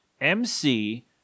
M-C